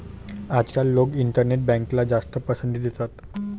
आजकाल लोक इंटरनेट बँकला जास्त पसंती देतात